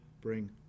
bring